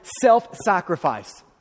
self-sacrifice